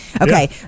Okay